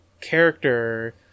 character